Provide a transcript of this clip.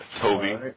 Toby